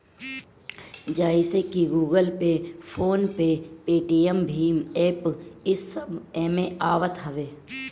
जइसे की Google Pay, PhonePe, Paytm भीम एप्प इस सब एमे आवत हवे